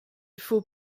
faut